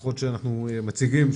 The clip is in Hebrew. לפחות שאנחנו מציגים,